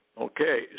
Okay